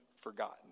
forgotten